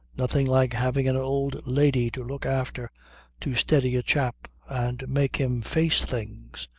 nothing like having an old lady to look after to steady a chap and make him face things.